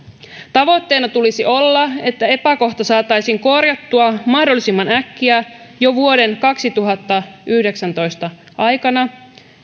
tavoitteena tulisi olla että epäkohta saataisiin korjattua mahdollisimman äkkiä jo vuoden kaksituhattayhdeksäntoista aikana